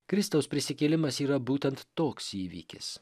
kristaus prisikėlimas yra būtent toks įvykis